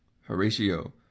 Horatio